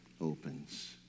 opens